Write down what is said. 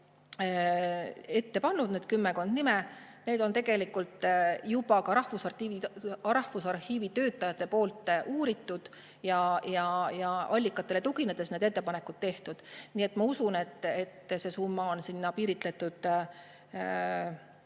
ette pannud, need kümmekond nime – need on tegelikult juba ka Rahvusarhiivi töötajate poolt uuritud. Allikatele tuginedes on need ettepanekud tehtud. Nii et ma usun, et see summa on piiritletud